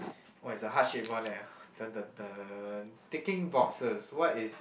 oh it's a heart shape one leh taking boxes what is